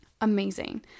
amazing